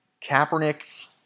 Kaepernick